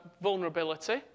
vulnerability